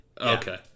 Okay